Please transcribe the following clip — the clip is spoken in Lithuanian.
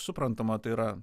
suprantama tai yra